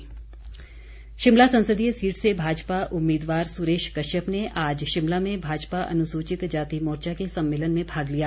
सुरेश कश्यप शिमला संसदीय सीट से भाजपा उम्मीदवार सुरेश कश्यप ने आज शिमला में भाजपा अनुसूचित जाति मोर्चा के सम्मेलन में भाग लिया